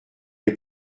est